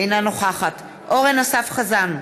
אינה נוכחת אורן אסף חזן,